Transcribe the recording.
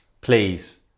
please